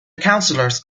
councillors